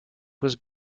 was